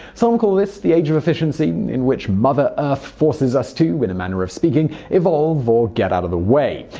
some call this the age of efficiency, in which mother earth ah forces us to, in a manner of speaking, evolve or get out of the away.